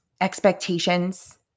expectations